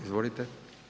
Izvolite.